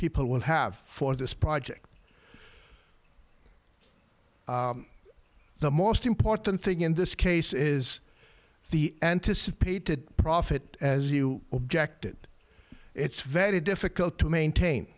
people will have for this project the most important thing in this case is the anticipated profit as you objected it's very difficult to maintain